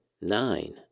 nine